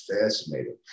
fascinating